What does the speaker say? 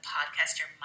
Podcaster